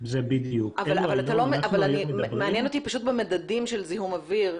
אבל מעניין אותי במדדים של זיהום אוויר,